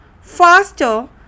faster